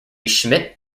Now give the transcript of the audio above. schmidt